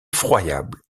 effroyable